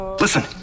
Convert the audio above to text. Listen